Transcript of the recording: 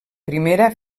primera